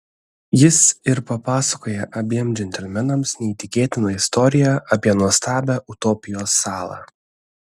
jis ir papasakoja abiem džentelmenams neįtikėtiną istoriją apie nuostabią utopijos salą